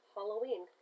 Halloween